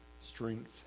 strength